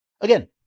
Again